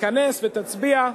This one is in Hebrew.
תיכנס ותצביע.